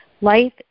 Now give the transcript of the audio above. Life